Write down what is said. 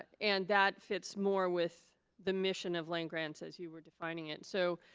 and that fits more with the mission of land-grants as you were defining it. so,